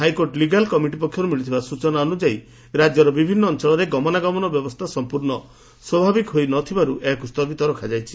high court legal committee ପକ୍ଷରୁ ମିଳିଥିବା ସ୍ବଚନା ଅନୁଯାୟୀ ରାଜ୍ୟର ବିଭିନ୍ନ ଅଞ୍ଞଳରେ ଗମନାଗମନ ବ୍ୟବସ୍ରା ସମ୍ମର୍ ହୋଇ ନ ଥିବାରୁ ଏହାକୁ ସ୍ଥଗିତ ରଖାଯାଇଛି